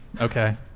okay